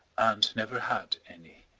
and never had any.